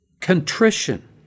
contrition